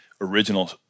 original